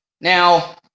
Now